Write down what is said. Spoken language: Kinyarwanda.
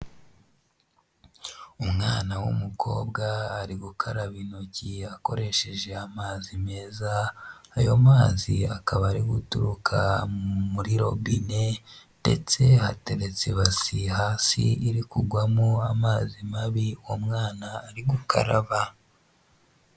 Umwana w'umukobwa ari gukaraba intoki akoresheje amazi meza, ayo mazi akaba ari guturuka muri robine ndetse hateretse ibasi hasi iri kugwamo amazi mabi uwo mwana ari gukaraba.